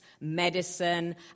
medicine